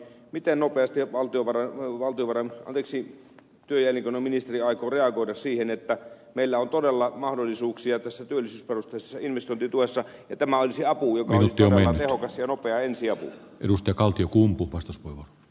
miten nopeasti valtiovaran valtuuden vallitsi pelkona ministeriö aikoo reagoida siihen että meillä on todella mahdollisuuksia kuin rotkossa investointituessa tämä ensiapu ja nopea ensiapu edusta kaltiokumpu vastus kova